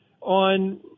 on